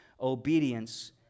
obedience